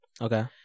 Okay